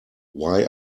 why